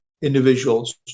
individuals